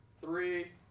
three